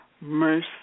mercy